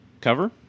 cover